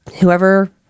whoever